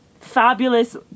fabulous